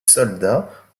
soldats